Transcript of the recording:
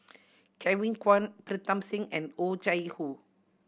Kevin Kwan Pritam Singh and Oh Chai Hoo